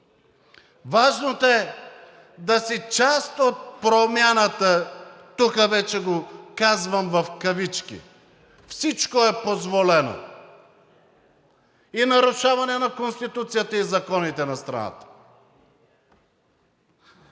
важното е да си част от промяната – тук вече го казвам в кавички, всичко е позволено – и нарушаване на Конституцията, и законите на страната.